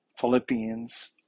Philippians